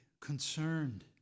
concerned